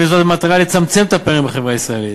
וזאת במטרה לצמצם את הפערים בחברה הישראלית.